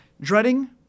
dreading